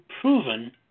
proven